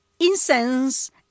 Incense